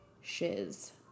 shiz